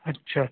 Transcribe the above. अच्छा